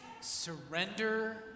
surrender